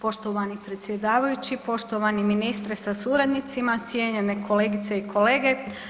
Poštovani predsjedavajući, poštovani ministre sa suradnicima, cijenjene kolegice i kolege.